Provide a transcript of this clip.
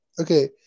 Okay